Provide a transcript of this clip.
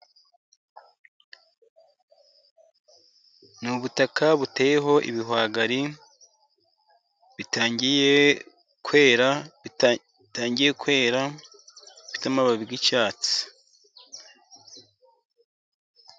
Ni ubutaka buteyeho ibihwagari bitangiye kwera, bitangiye kwera bifite amababi y'icyatsi.